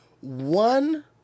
one